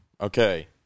Okay